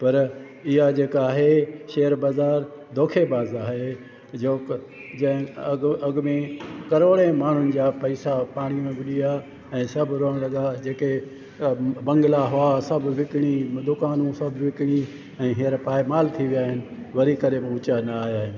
पर इहा जेका आहे शेयर बाज़ारि दोखेबाज़ु आहे जो जंहिं अॻ अॻ में करोड़े माण्हुनि जा पैसा पाणी में बुॾी विया ऐं सभु रोअणु लॻा जेके बंगला हुआ सभु विकिणी दुकानू सभु विकिणी ऐं हींअर पाए माल थी विया आहिनि वरी करे ऊचा न आया आहिनि